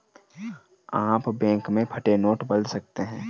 आप बैंक में फटे नोट बदल सकते हैं